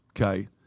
okay